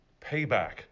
payback